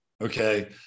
Okay